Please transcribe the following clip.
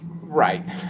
Right